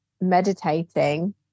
meditating